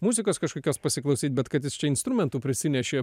muzikos kažkokios pasiklausyti bet kad jis čia instrumentų prisinešė